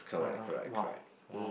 !wow! oh !wow! !wow!